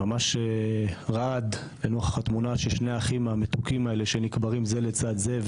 וממש רעד לנוכח התמונות של שני האחים המתוקים האלה שנקברים זה לצד זה,